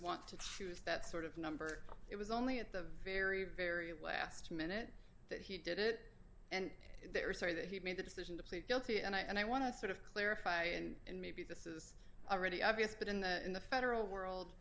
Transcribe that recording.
choose that sort of number it was only at the very very last minute that he did it and they're sorry that he made the decision to plead guilty and i want to sort of clarify and maybe this is already obvious but in the in the federal world